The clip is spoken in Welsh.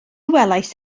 welais